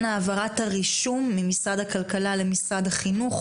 העברת הרישום ממשרד הכלכלה למשרד החינוך,